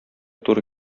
туры